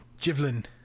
Jivlin